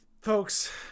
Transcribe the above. folks